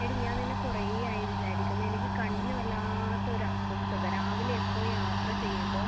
എടീ ഞാൻ നിന്നെ കുറേ ആയി വിചാരിക്കുന്നു എനിക്ക് കണ്ണിന് വല്ലാത്ത ഒരസ്വസ്ഥത രാവിലെ എപ്പോൾ യാത്ര ചെയ്യുമ്പോൾ